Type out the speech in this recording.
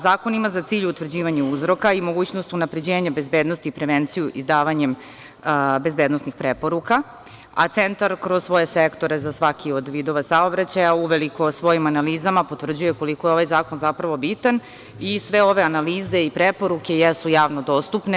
Zakon ima za cilj utvrđivanje uzroka i mogućnost unapređenja bezbednosti, prevenciju i davanjem bezbednosnih preporuka, a Centar kroz svoje sektore za svaki od vidova saobraćaja uveliko svojim analizama potvrđuje koliko je ovaj zakon zapravo bitan i sve ove analize i preporuke jesu javno dostupne.